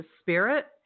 spirit